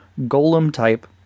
golem-type